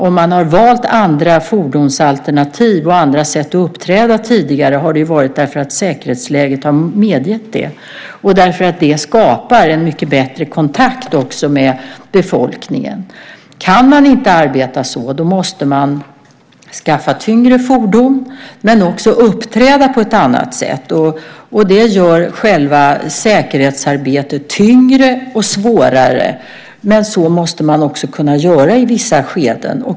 Om man har valt andra fordonsalternativ och andra sätt att uppträda tidigare har det varit därför att säkerhetsläget har medgett det och därför att det skapar mycket bättre kontakt med befolkningen. Kan man inte arbeta på det sättet måste man skaffa tyngre fordon, men också uppträda på ett annat sätt. Det gör säkerhetsarbetet tyngre och svårare. Man måste kunna göra så i vissa skeden.